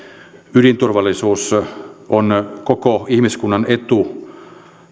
ydinturvallisuus on koko ihmiskunnan etu